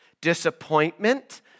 disappointment